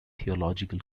theological